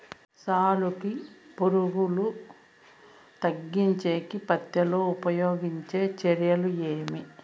సాలుకి పులుగు తగ్గించేకి పత్తి లో ఉపయోగించే చర్యలు ఏమి?